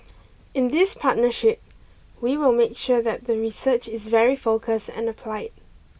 in this partnership we will make sure that the research is very focus and apply